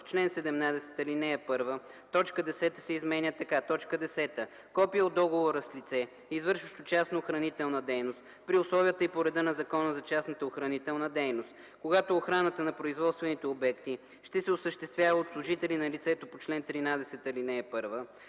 В чл. 17, ал. 1 т. 10 се изменя така: „10. копие от договора с лице, извършващо частна охранителна дейност при условията и по реда на Закона за частната охранителна дейност; когато охраната на производствените обекти ще се осъществява от служители на лицето по чл. 13, ал. 1,